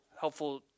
helpful